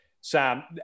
Sam